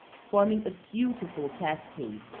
forming a beautiful cascade.